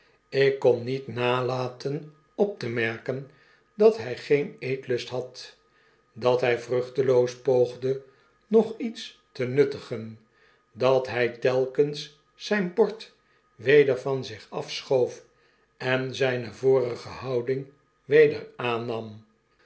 ik kon niet nalaten op te merken dat hjj geen eetlust had dat hij vruchteloos poogde nog iets tenuttigen dat hij telkens zyn bord weder van zich afschoof en zijne vorige houding weder aannam